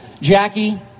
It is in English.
Jackie